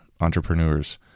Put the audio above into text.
entrepreneurs